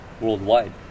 worldwide